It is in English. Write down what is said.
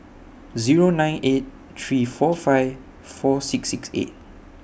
Zero nine eight three four five four six six eight